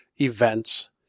events